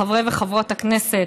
חברי וחברות הכנסת,